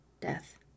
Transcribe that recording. Death